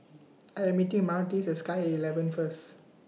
I Am meeting Myrtis At Sky At eleven First